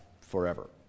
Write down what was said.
forever